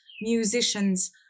musicians